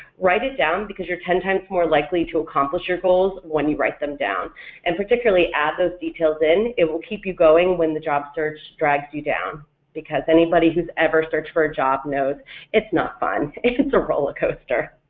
write it down because you're ten times more likely to accomplish your goals when you write them down and particularly add those details in, it will keep you going when the job search drags you down because anybody who's ever searched for a job knows it's not fun, it's it's a roller coaster.